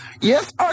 Yes